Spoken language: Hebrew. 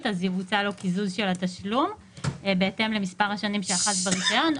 אז יבוצע לו קיזוז של התשלום בהתאם למספר השנים שאחז ברישיון,